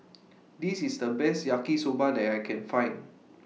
This IS The Best Yaki Soba that I Can Find